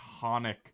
iconic